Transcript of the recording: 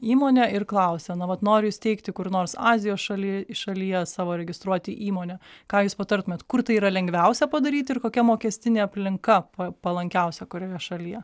įmonę ir klausia na vat noriu įsteigti kur nors azijos šaly šalyje savo registruoti įmonę ką jūs patartumėt kur tai yra lengviausia padaryt ir kokia mokestinė aplinka pa palankiausia kurioje šalyje